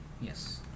Yes